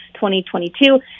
2022